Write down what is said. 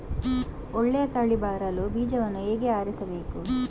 ಒಳ್ಳೆಯ ತಳಿ ಬರಲು ಬೀಜವನ್ನು ಹೇಗೆ ಆರಿಸಬೇಕು?